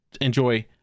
enjoy